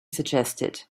suggested